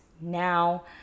now